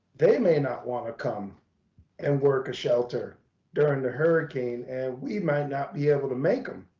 they may not wanna come and work a shelter during the hurricane and we might not be able to make them.